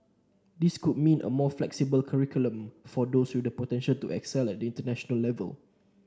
this could mean a more flexible curriculum for those with the potential to excel at the international level